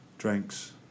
Drinks